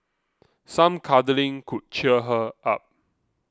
some cuddling could cheer her up